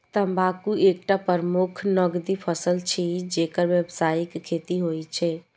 तंबाकू एकटा प्रमुख नकदी फसल छियै, जेकर व्यावसायिक खेती होइ छै